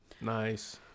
Nice